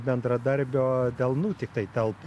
bendradarbio delnų tiktai telpa